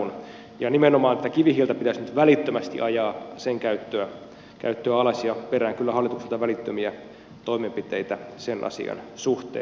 nimenomaan kivihiilen käyttöä pitäisi nyt välittömästi ajaa alas ja perään kyllä hallitukselta välittömiä toimenpiteitä sen asian suhteen